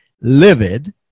livid